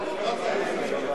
לא,